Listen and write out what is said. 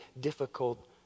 difficult